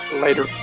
Later